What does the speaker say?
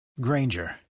Granger